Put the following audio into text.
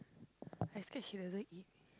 I scared she doesn't eat